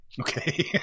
Okay